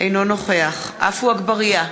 אינו נוכח עפו אגבאריה,